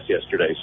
yesterday